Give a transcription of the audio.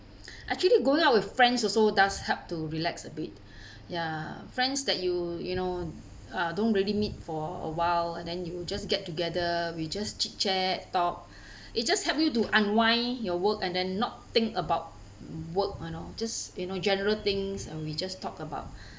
actually going out with friends also does help to relax a bit ya friends that you you know uh don't really meet for awhile and then you just get together we just chit chat talk it just help you to unwind your work and then not think about work you know just you know general things and we just talked about